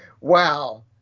wow